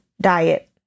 diet